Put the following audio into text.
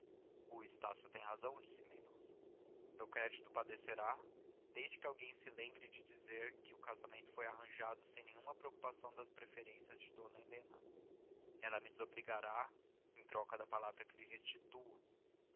o estácio tem razão disse mendonça meu crédito padecerá desde que alguém se lembre de dizer que o casamento foi arranjado sem nenhuma preocupação das preferências de d helena ela me desobrigará em troca da palavra que lhe restituo